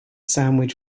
sandwich